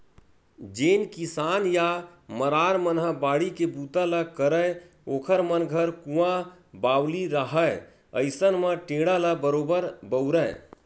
जेन किसान या मरार मन ह बाड़ी के बूता ल करय ओखर मन घर कुँआ बावली रहाय अइसन म टेंड़ा ल बरोबर बउरय